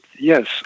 yes